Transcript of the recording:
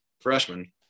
freshman